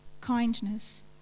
kindness